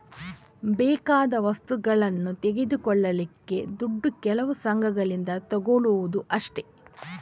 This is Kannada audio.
ಬೇಕಾದ ವಸ್ತುಗಳನ್ನ ತೆಗೆದುಕೊಳ್ಳಿಕ್ಕೆ ದುಡ್ಡನ್ನು ಕೆಲವು ಸಂಘಗಳಿಂದ ತಗೊಳ್ಳುದು ಅಷ್ಟೇ